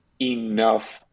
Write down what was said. enough